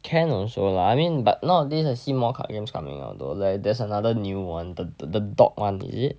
can also lah I mean but nowadays I see more card games coming out though like there's another new one th~ the dog one is it